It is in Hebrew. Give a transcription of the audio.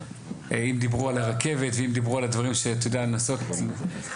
אם דיברו על הרכבת ואם דיברו על לנסות לקרב